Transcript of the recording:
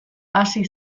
hasi